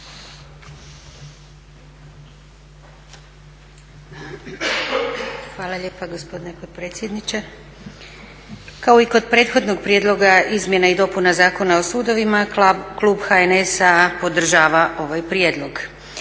Hvala lijepa gospodine potpredsjedniče. Kao i kod prethodnog prijedloga izmjena i dopuna Zakona o sudovima, klub HNS-a podržava ovaj prijedlog.